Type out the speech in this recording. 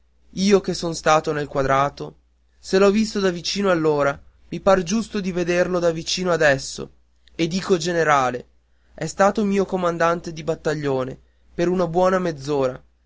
io che son stato nel quadrato se l'ho visto da vicino allora mi par giusto di vederlo da vicino adesso e dico generale è stato mio comandante di battaglione per una buona